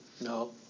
no